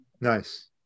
Nice